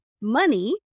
money